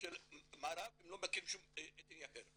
של מערב, הם לא מכירים שום אתני אחר.